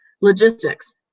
logistics